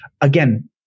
Again